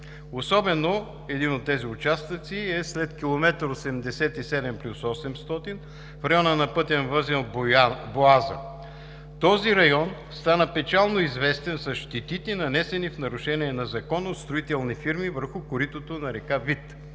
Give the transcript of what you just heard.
Един от тези участъци е след км 87+800, в района на пътен възел „Боаза“. Този район стана печално известен с щетите, нанесени в нарушение на закона от строителни фирми върху коритото на река Вит